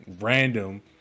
random